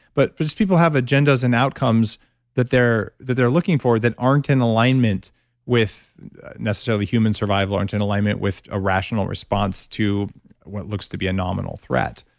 but but people have agendas and outcomes that they're that they're looking for that aren't in alignment with necessarily human survival or aren't in alignment with irrational response to what looks to be a nominal threat.